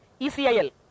ECIL